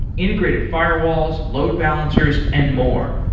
integrated firewalls, load balancers and more.